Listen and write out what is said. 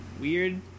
weird